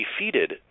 defeated